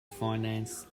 finance